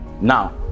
Now